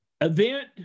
event